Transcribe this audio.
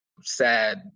sad